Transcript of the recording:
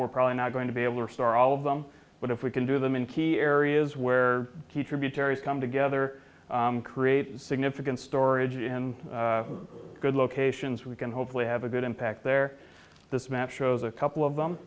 we're probably not going to be able or store all of them but if we can do them in key areas where key tributaries come together create significant storage in good locations we can hopefully have a good impact there this map shows a couple of them